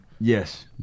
Yes